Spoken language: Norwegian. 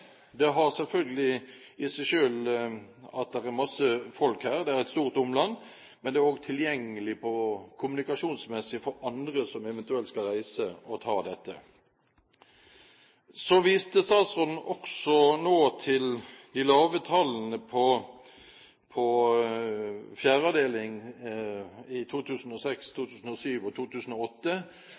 Det har selvfølgelig i seg at det er mye folk her. Det er et stort omland, men det er også tilgjengelig kommunikasjonsmessig for andre som eventuelt skal reise for å ta dette. Så viste statsråden også nå til de lave tallene på fjerde avdeling i 2006, 2007 og 2008.